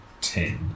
ten